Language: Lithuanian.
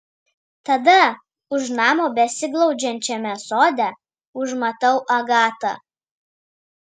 tada už namo besiglaudžiančiame sode užmatau agatą